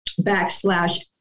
backslash